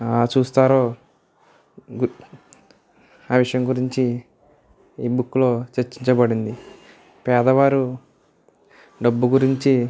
చూస్తారో ఆ విషయం గురించి ఈ బుక్లో చర్చించబడింది పేదవారు డబ్బు గురించి